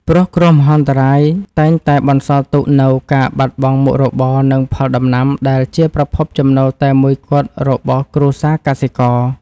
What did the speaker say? ព្រោះគ្រោះមហន្តរាយតែងតែបន្សល់ទុកនូវការបាត់បង់មុខរបរ និងផលដំណាំដែលជាប្រភពចំណូលតែមួយគត់របស់គ្រួសារកសិករ។